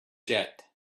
jet